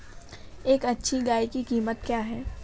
एक अच्छी गाय की कीमत क्या है?